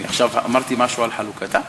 אמרתי משהו על חלוקתה?